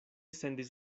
sendis